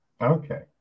Okay